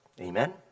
Amen